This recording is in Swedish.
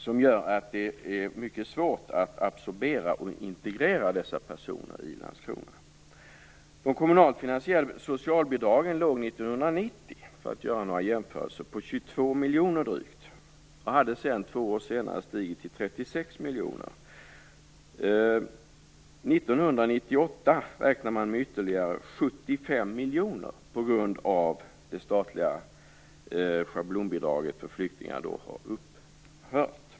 Det gör att det är mycket svårt att absorbera och integrera dessa personer i Landskrona. 1990 på drygt 22 miljoner. Två år senare hade de stigit till 36 miljoner. 1998 räknar man med kostnader på ytterligare 75 miljoner på grund av att det statliga schablonbidraget för flyktingar upphör.